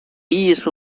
艺术